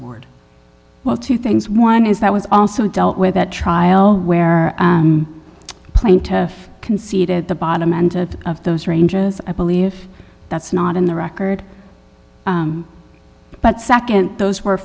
ard well two things one is that was also done with that trial where the plaintiff conceded the bottom end of those ranges i believe that's not in the record but nd those were